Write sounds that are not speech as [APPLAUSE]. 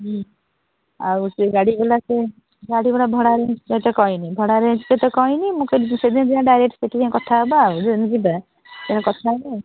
ହଁ ଆଉ ସେ ଗାଡ଼ି ବାଲା ସେ ଗାଡ଼ି ବାଲା ଭଡ଼ା ରେଞ୍ଜ୍ କେତେ କହିନି ଭଡ଼ା ରେଞ୍ଜ୍ କେତେ କହିନି ମୁଁ କହିଲି ସେଦିନ ଯିବା ଡ଼ାଇରେକ୍ଟ୍ ସେଇଠି ଯାଇକି କଥା ହେବା ଆଉ ଯେଉଁ ଦିନ ଯିବା [UNINTELLIGIBLE] କଥା ହେବା ଆଉ